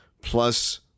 plus